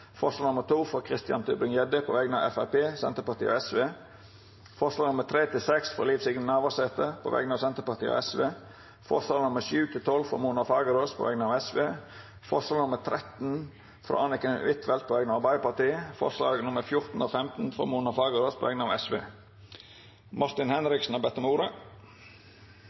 forslag nr. 2, frå Christian Tybring-Gjedde på vegner av Framstegspartiet, Senterpartiet og Sosialistisk Venstreparti forslaga nr. 3–6, frå Liv Signe Navarsete på vegner av Senterpartiet og Sosialistisk Venstreparti forslaga nr. 7–12, frå Mona Fagerås på vegner av Sosialistisk Venstreparti forslag nr. 13, frå Anniken Huitfeldt på vegner av Arbeidarpartiet forslaga nr. 14 og 15, frå Mona Fagerås på vegner av Sosialistisk Venstreparti Martin Henriksen har bedt om ordet.